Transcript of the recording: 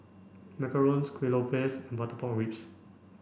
Macarons Kueh Lopes and butter pork ribs